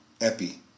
epi